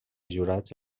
jurats